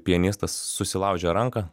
pianistas susilaužė ranką